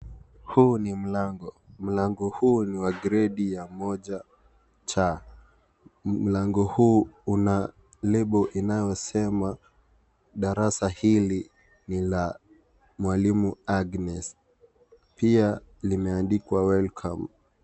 Huu ni mlango, mlango huu ni wa gredi ya moja cha. Mlango huu una label inayo sema darasa hili ni la mwalimu Agnes pia limeandikwa welcome .